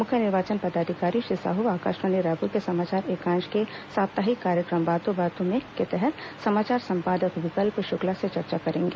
मुख्य निर्वाचन पदाधिकारी श्री साहू आकाशवाणी रायपुर के समाचार एकांश के साप्ताहिक कार्यक्रम बातों बातों में के तहत समाचार संपादक विकल्प शुक्ला से चर्चा करेंगे